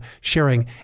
sharing